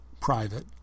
private